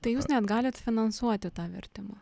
tai jūs net galit finansuoti tą vertimą